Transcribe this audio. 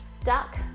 stuck